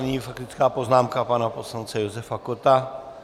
Nyní faktická poznámka pana poslance Josefa Kotta.